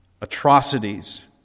atrocities